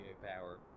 Power